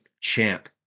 champ